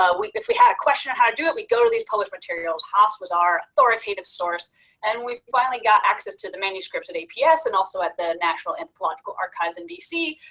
ah if we had a question on how to do it, we go to these published materials. haas was our authoritative source and we finally got access to the manuscripts at aps and also at the national anthropological archives in dc,